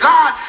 God